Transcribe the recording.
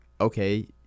okay